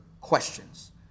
questions